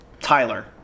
tyler